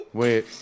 wait